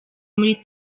muri